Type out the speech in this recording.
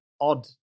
odd